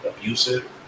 abusive